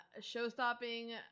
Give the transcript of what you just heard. show-stopping